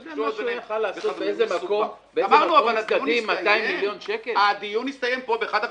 אבל הדיון הסתיים פה באחד החדרים,